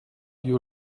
you